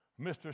Mr